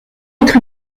être